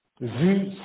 vu